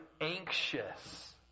anxious